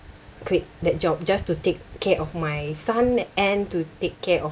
quit that job just to take care of my son and to take care of